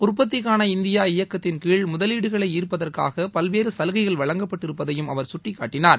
உற்பத்திக்கான இந்தியா இயக்கத்தின்கீழ் முதலீடுகளை ஈர்ப்பதற்காக பல்வேறு சலுகைகள் வழங்கப்பட்டிருப்பதையும் அவர் குட்டிக்காட்டினார்